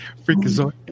freakazoid